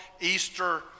easter